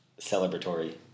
Celebratory